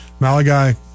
Malagai